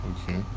Okay